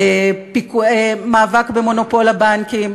מאבק במונופול הבנקים,